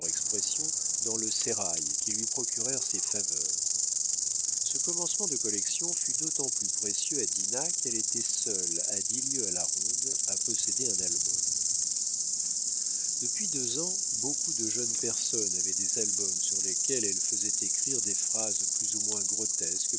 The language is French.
dans le sérail qui lui procurèrent ces faveurs ce commencement de collection fut d'autant plus précieux à dinah qu'elle était seule à dix lieues à la ronde à posséder un album depuis deux ans beaucoup de jeunes personnes avaient des albums sur lesquels elles faisaient écrire des phrases plus ou moins grotesques